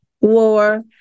war